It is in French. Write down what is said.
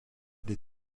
les